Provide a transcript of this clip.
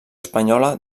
espanyola